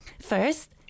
First